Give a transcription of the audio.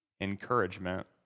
encouragement